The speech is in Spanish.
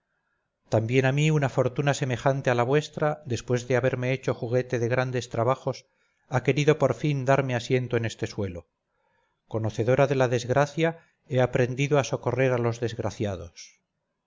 también a mí una fortuna semejante a la vuestra después de haberme hecho juguete de grandes trabajos ha querido por fin darme asiento en este suelo conocedora de la desgracia he aprendido a socorrer a los desgraciados